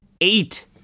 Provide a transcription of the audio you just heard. eight